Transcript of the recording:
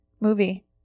movie